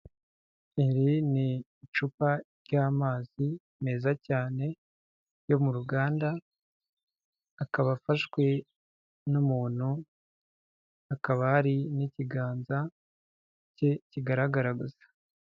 Iri ni icupa ry'amazi meza cyane yo mu ruganda, akaba afashwe n'umuntu, akaba ari n'ikiganza cye kigaragara gusa.